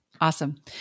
Awesome